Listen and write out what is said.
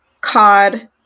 cod